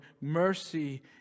mercy